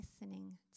listening